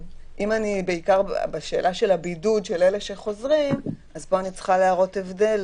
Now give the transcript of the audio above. בשאלה של הבידוד של אלה שחוזרים אני צריכה להראות הבדל,